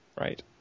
Right